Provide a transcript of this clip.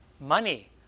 money